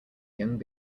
young